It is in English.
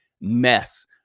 mess